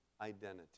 identity